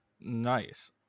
nice